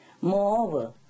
Moreover